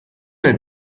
nel